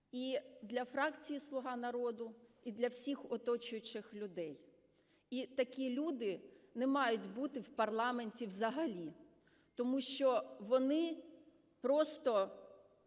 і для фракції "Слуга народу", і для всіх оточуючих людей. І такі люди не мають бути в парламенті взагалі, тому що вони просто,